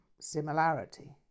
similarity